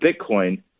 Bitcoin